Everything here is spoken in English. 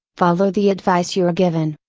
follow the advice you are given,